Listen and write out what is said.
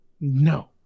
no